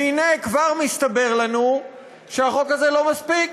והנה כבר מסתבר לנו שהחוק הזה לא מספיק.